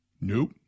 nope